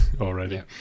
already